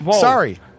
Sorry